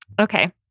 Okay